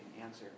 answer